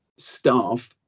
staff